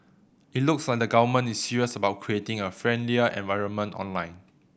it looks like the Government is serious about creating a friendlier environment online